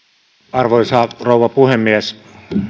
arvoisa puhemies